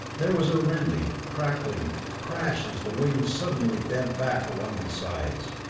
there was a rending, crackling crash as the wings suddenly bent back along the sides.